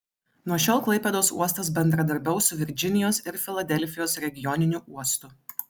nuo šiol klaipėdos uostas bendradarbiaus su virdžinijos ir filadelfijos regioniniu uostu